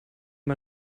mal